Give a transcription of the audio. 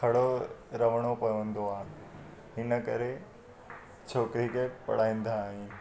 खड़ो रहणो पवंदो आहे हिन करे छोकिरी खे पढ़ाईंदा आहियूं